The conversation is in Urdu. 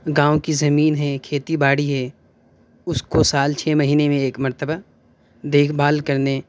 گاؤں کی زمین ہیں کھیتی باڑی ہے اس کو سال چھ مہینے میں ایک مرتبہ دیکھ بھال کرنے